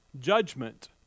judgment